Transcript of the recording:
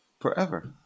forever